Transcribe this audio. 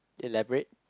elaborate